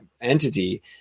entity